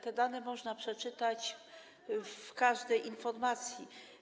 Te dane można przeczytać w każdej informacji.